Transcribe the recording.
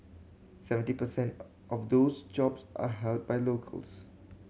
seventy per cent of those jobs are held by locals